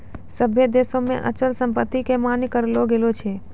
सभ्भे देशो मे अचल संपत्ति के मान्य करलो गेलो छै